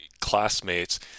classmates